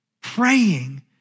praying